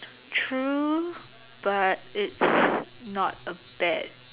true but it's not a bad